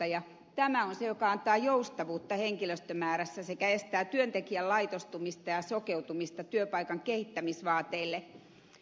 tämä on se joka antaa joustavuutta henkilöstömäärässä sekä estää työntekijän laitostumista ja sokeutumista työpaikan kehittämisvaateille